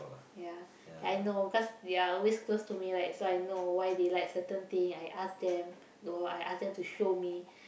ya I know because they are always close to me like so I know why they like certain thing I ask them you know I ask them to show me